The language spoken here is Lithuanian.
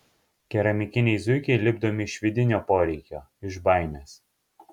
keramikiniai zuikiai lipdomi iš vidinio poreikio iš baimės